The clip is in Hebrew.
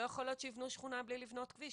לא יכול להיות שיבנו שכונה בלי לבנות כביש,